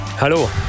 Hallo